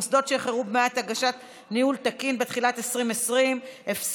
מוסדות שאיחרו בהגשת "ניהול תקין" בתחילת 2020 הפסידו